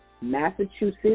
Massachusetts